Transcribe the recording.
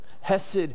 Hesed